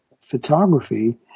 photography